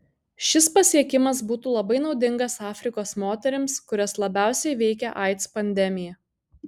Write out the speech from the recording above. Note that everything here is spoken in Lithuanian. šis pasiekimas būtų labai naudingas afrikos moterims kurias labiausiai veikia aids pandemija